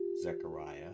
Zechariah